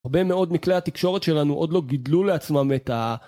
הרבה מאוד מכלי התקשורת שלנו עוד לא גידלו לעצמם את ה...